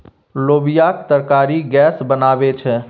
लोबियाक तरकारी गैस बनाबै छै